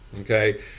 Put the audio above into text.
Okay